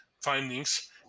findings